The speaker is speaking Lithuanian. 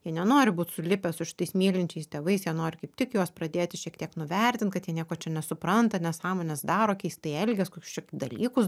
jie nenori būt sulipę su šitais mylinčiais tėvais jie nori kaip tik juos pradėti šiek tiek nuvertint kad jie nieko čia nesupranta nesąmones daro keistai elgias kokius čia dalykus